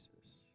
Jesus